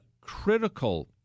critical